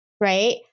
right